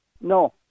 No